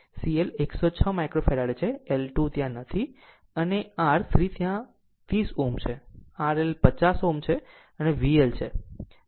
C L 106 micro farad છે L 2 ત્યાં નથી અને R 3 ત્યાં 30 Ω છે R L 50 Ω છે અને આ V L છે